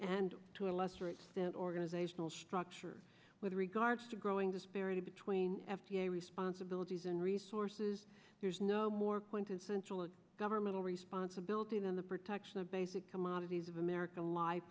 and to a lesser extent organizational structure with regards to growing disparity between f d a responsibilities and resources there's no more quintessential a governmental responsibility than the protection of basic commodities of america li